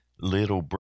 little